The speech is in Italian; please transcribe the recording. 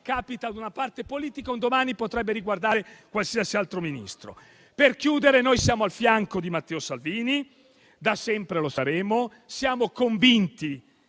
capita ad una parte politica, ma un domani potrebbe riguardare qualsiasi altro Ministro. Concludo dichiarando che noi siamo al fianco di Matteo Salvini e sempre lo saremo; siamo convinti